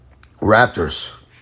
Raptors